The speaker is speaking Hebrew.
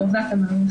היא עירבה את המערכת.